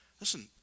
Listen